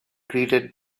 greeted